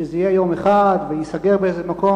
שזה יהיה יום אחד וייסגר באיזה מקום,